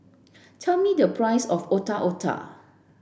tell me the price of Otak Otak